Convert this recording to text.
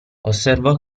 osservò